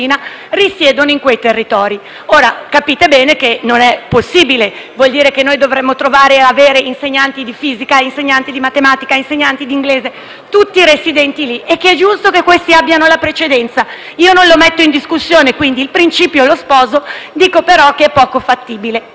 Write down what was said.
Ora, capite bene che questo non è possibile, perché vuol dire che noi dovremmo trovare e avere insegnanti di fisica, insegnanti di matematica, insegnanti di inglese, tutti residenti lì. È giusto che questi abbiano la precedenza; io non metto in discussione questo principio, anzi lo sposo, ma dico che è poco fattibile. Per questo abbiamo